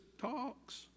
talks